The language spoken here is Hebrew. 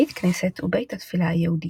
בית כנסת הוא בית התפילה היהודי.